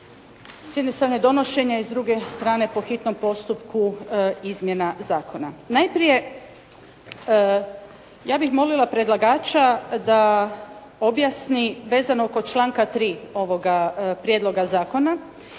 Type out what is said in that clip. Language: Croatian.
s jedne strane donošenje i s druge strane po hitnom postupku izmjena zakona. Najprije ja bih molila predlagača da objasni vezano oko članka 3. ovoga prijedloga zakona.